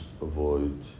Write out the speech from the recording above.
avoid